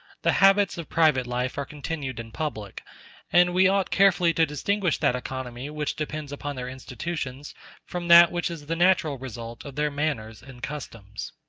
the habits of private life are continued in public and we ought carefully to distinguish that economy which depends upon their institutions from that which is the natural result of their manners and customs.